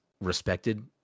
respected